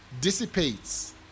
dissipates